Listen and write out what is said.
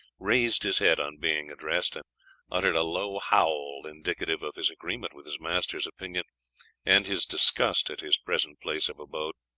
raised his head on being addressed, and uttered a low howl indicative of his agreement with his master's opinion and his disgust at his present place of abode.